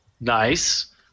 Nice